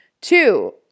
Two